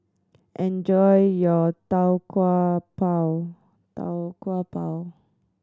enjoy your Tau Kwa Pau Tau Kwa Pau